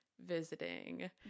visiting